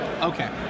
Okay